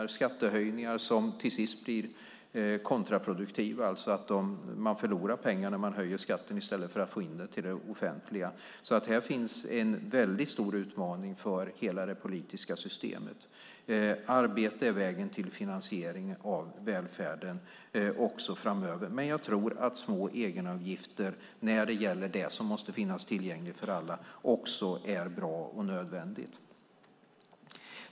Det är skattehöjningar som till sist blir kontraproduktiva. Man förlorar alltså pengar när man höjer skatten i stället för att få in det till det offentliga. Här finns en stor utmaning för hela det politiska systemet. Arbete är vägen till finansiering av välfärden också framöver, men jag tror att små egenavgifter, när det gäller det som måste finnas tillgängligt för alla, också är bra och nödvändigt.